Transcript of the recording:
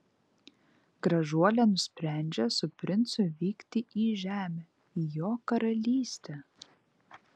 gražuolė nusprendžia su princu vykti į žemę į jo karalystę